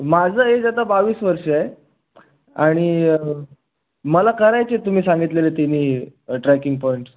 माझं एज आता बावीस वर्षं आहे आणि मला करायचे आहेत तुम्ही सांगितलेले तिन्ही ट्रॅकिंग पॉईंट्स